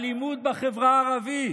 אלימות בחברה הערבית,